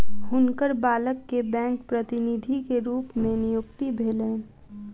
हुनकर बालक के बैंक प्रतिनिधि के रूप में नियुक्ति भेलैन